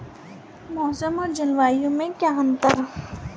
मौसम और जलवायु में क्या अंतर?